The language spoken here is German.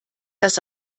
das